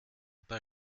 paar